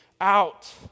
out